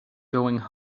going